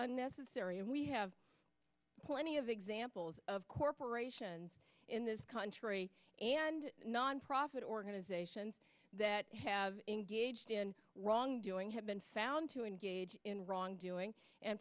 unnecessary and we have plenty of examples of corporations in this country and non profit organizations that have engaged in wrongdoing have been found to engage in wrongdoing and